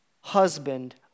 husband